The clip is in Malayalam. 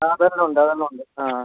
ആ അതെല്ലാം ഉണ്ട് അതെല്ലാം ഉണ്ട് ആ ആ